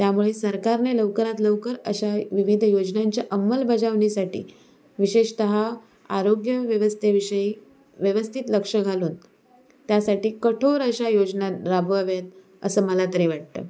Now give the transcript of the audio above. त्यामुळे सरकारने लवकरात लवकर अशा विविध योजनांच्या अमंलबजावणीसाठी विशेषतः आरोग्य व्यवस्थेविषयी व्यवस्थित लक्ष घालून त्यासाठी कठोर अशा योजना राबवाव्यात असं मला तरी वाटतं